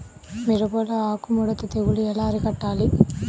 మిరపలో ఆకు ముడత తెగులు ఎలా అరికట్టాలి?